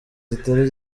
kitari